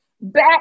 back